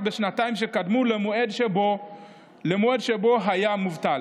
בשנתיים שקדמו למועד שבו היה מובטל.